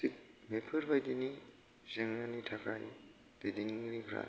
थिग बेफोरबायदिनो जेंनानि थाखाय दैदेनगिरिफोरा